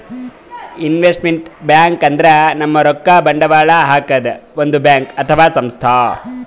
investment bank ಅಂದ್ರ ನಮ್ ರೊಕ್ಕಾ ಬಂಡವಾಳ್ ಹಾಕದ್ ಒಂದ್ ಬ್ಯಾಂಕ್ ಅಥವಾ ಸಂಸ್ಥಾ